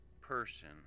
person